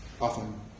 often